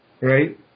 right